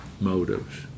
motives